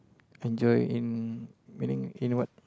enjoy in meaning in what